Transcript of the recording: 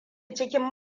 cikin